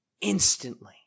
instantly